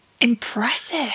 Impressive